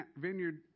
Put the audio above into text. Vineyard